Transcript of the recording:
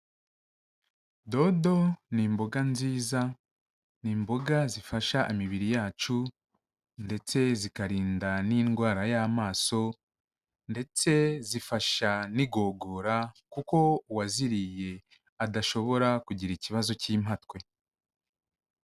Dodo ni imboga nziza, ni imboga zifasha imibiri yacu ndetse zikarinda n'indwara y'amaso ndetse zifasha n'igogora kuko uwaziriye adashobora kugira ikibazo cy'impatwe.